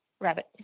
rabbit